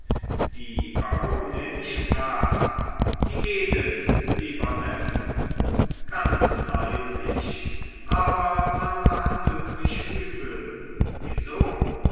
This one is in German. die baronin sprach wie geht es lieber neffe ganz leidlich aber man behandelt mich übel wieso